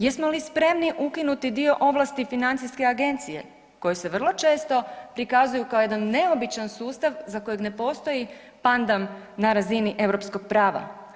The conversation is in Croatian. Jesmo li spremni ukinuti dio ovlasti financijske agencije koji se vrlo često prikazuju kao jedan neobičan sustav za kojeg ne postoji pandam na razini europskog prava?